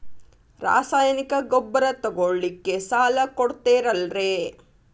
ರಾಸಾಯನಿಕ ಗೊಬ್ಬರ ತಗೊಳ್ಳಿಕ್ಕೆ ಸಾಲ ಕೊಡ್ತೇರಲ್ರೇ?